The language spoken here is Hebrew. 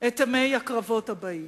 את אימי הקרבות הבאים.